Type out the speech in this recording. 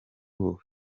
ubu